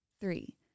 Three